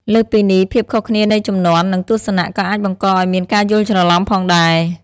លើសពីនេះ ភាពខុសគ្នានៃជំនាន់ និងទស្សនៈ ក៏អាចបង្កឱ្យមានការយល់ច្រឡំផងដែរ។